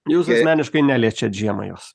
jūs asmeniškai neliečiat žiemą jos